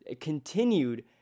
continued